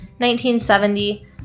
1970